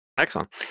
Excellent